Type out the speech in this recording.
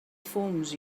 fums